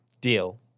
Deal